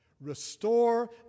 restore